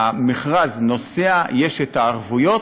המכרז נוסע, יש את הערבויות,